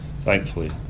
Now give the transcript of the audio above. Thankfully